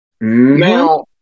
Now